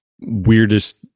weirdest